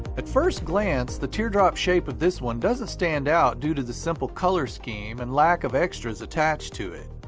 at first glance, the teardrop shape of this one doesn't stand out due to the simple color scheme and lack of extras attached to it,